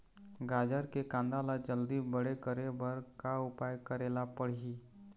गाजर के कांदा ला जल्दी बड़े करे बर का उपाय करेला पढ़िही?